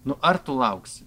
nu ar tu lauksi